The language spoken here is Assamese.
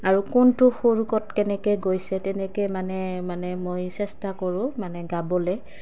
আৰু কোনটো সুৰ ক'ত কেনেকৈ গৈছে তেনেকৈ মানে মানে মই চেষ্টা কৰোঁ মানে গাবলৈ